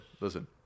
listen